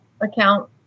account